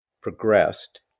progressed